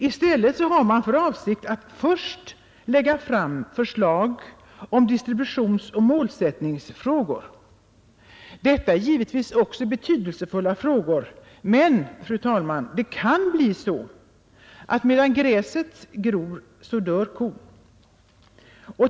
I stället har man för avsikt att först lägga fram förslag om distributionsoch målsättningsfrågor. Detta är givetvis också betydelsefulla frågor, men, fru talman, det kan bli så att medan gräset gror dör kon.